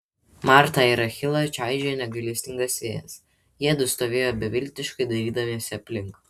martą ir achilą čaižė negailestingas vėjas jiedu stovėjo beviltiškai dairydamiesi aplink